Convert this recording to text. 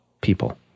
people